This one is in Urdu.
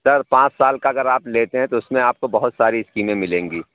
سر پانچ سال کا اگر آپ لیتے ہیں تو اُس میں آپ کو بہت ساری اسکیمیں ملیں گی